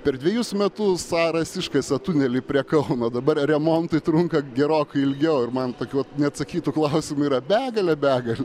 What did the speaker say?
per dvejus metus caras iškasė tunelį prie kauno dabar remontai trunka gerokai ilgiau ir man tokių neatsakytų klausimų yra begalė begal